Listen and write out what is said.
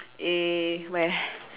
is where